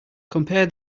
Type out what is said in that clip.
compare